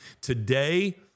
Today